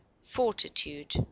fortitude